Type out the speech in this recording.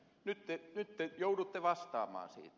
nyt te joudutte vastaamaan siitä